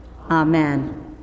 amen